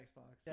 Xbox